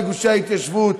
בגושי ההתיישבות.